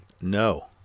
No